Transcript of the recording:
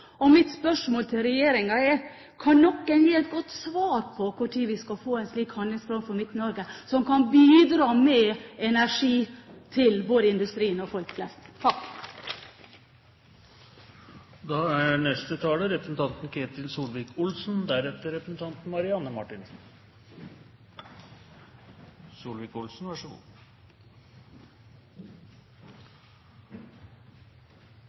Mitt spørsmål til regjeringen er: Kan noen gi et godt svar på når vi skal få en slik handlingsplan for Midt-Norge, som kan bidra med energi til både industrien og folk flest?